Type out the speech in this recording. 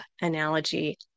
analogy